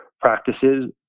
practices